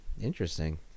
Interesting